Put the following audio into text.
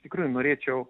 tikrai norėčiau